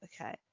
okay